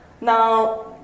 Now